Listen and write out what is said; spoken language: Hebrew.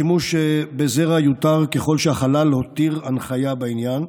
השימוש בזרע יותר ככל שהחלל הותיר הנחיה בעניין.